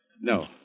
No